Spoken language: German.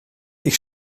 ich